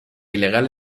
ilegal